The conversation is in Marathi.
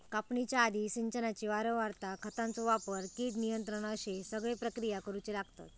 कापणीच्या आधी, सिंचनाची वारंवारता, खतांचो वापर, कीड नियंत्रण अश्ये सगळे प्रक्रिया करुचे लागतत